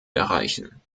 erreichen